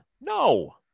No